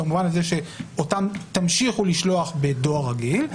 במובן הזה שאותם תמשיכו לשלוח בדואר הרגיל.